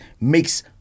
makes